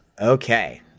okay